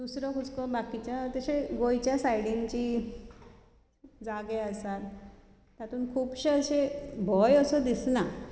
दुसरो हुस्को बाकीच्या तशें गोंयच्या सायडीन जी जागे आसात तातूंत खुबशे अशे भंय असो दिसना